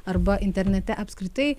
arba internete apskritai